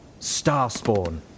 Starspawn